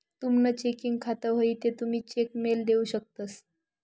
तुमनं चेकिंग खातं व्हयी ते तुमी चेक मेल देऊ शकतंस